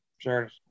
sure